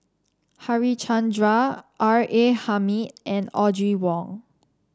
Harichandra R A Hamid and Audrey Wong